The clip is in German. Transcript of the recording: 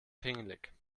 pingelig